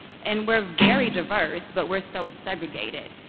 and we're very diverse, but we're so segregated.